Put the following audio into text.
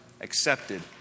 accepted